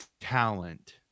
talent